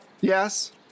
Yes